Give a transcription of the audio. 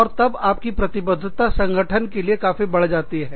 और तब आपकी प्रतिबद्धता संगठन के लिए काफी बढ़ जाती है